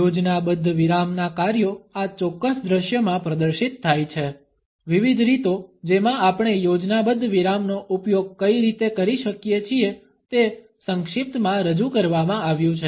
યોજનાબદ્ધ વિરામનાં કાર્યો આ ચોક્કસ દ્રશ્યમાં પ્રદર્શિત થાય છે વિવિધ રીતો જેમા આપણે યોજનાબદ્ધ વિરામનો ઉપયોગ કઈ રીતે કરી શકીએ છીએ તે સંક્ષિપ્તમાં રજૂ કરવામાં આવ્યુ છે